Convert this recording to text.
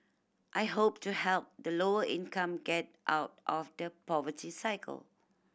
I hope to help the lower income get out of the poverty cycle